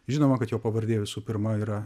žinoma kad jo pavardė visų pirma yra